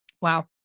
Wow